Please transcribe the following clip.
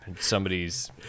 Somebody's